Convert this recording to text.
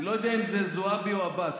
אני לא יודע אם זה זועבי או עבאס.